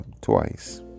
twice